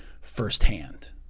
firsthand